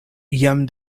jam